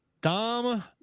Dom